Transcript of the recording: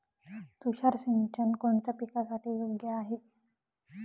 तुषार सिंचन कोणत्या पिकासाठी योग्य आहे?